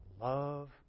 love